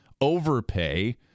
overpay